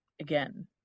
again